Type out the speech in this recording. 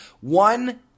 One